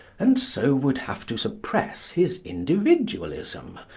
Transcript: and so would have to suppress his individualism,